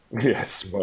Yes